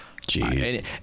Jeez